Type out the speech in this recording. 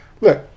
look